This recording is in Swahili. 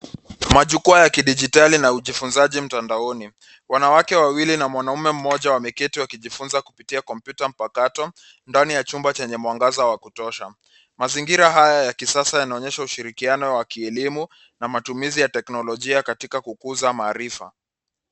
Majukwaa ya kidijitali na ujifunzaji mtandaoni. Wanawake wawili na mwanaume mmoja wameketi wakijifunza kupitia kompyuta mpakato, ndani ya chumba chenye mwangaza wa kutosha. Mazingira haya ya kisasa yanaonyesha ushirikiano wa kielimu na matumizi ya teknolojia katika kukuza maarifa.